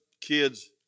kids